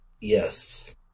Yes